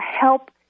help